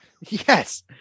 yes